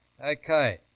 okay